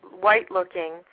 white-looking